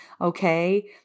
okay